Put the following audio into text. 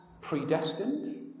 predestined